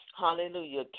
hallelujah